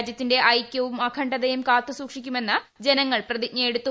രാജ്യത്തിന്റെ ഐക്യവും അഖണ്ഡതയും കാത്തു സൂക്ഷിക്കുമെന്ന് ജനങ്ങൾ പ്രതിജ്ഞ എടുത്തു